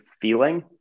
feeling